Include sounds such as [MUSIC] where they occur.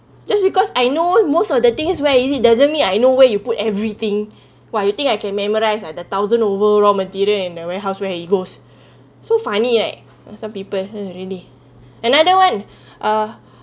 just because I know most of the thing where is it doesn't mean I know where you put everything !wah! you think I can memorise ah thousand over raw material in the warehouse where he goes [BREATH] so funny leh some people who really another one [BREATH] uh